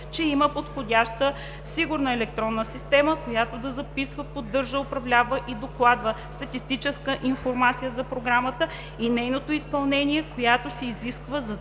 че има подходяща сигурна електронна система, която да записва, поддържа, управлява и докладва статистическа информация за програмата и нейното изпълнение, която се изисква за